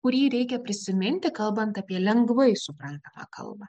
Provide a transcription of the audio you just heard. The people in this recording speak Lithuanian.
kurį reikia prisiminti kalbant apie lengvai suprantamą kalbą